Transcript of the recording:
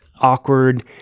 awkward